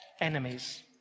Enemies